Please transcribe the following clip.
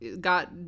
got